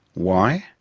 why?